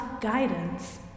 guidance